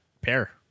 pair